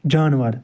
جانوَر